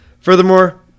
Furthermore